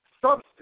substance